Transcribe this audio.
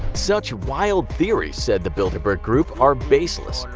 such wild theories, said the bilderberg group, are baseless.